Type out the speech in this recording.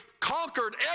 conquered